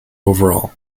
overall